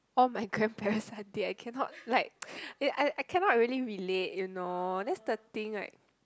all my grandparents are dead I cannot like I I cannot really relate you know that's the thing right